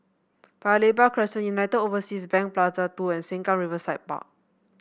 Paya Lebar Crescent United Overseas Bank Plaza Two and Sengkang Riverside Park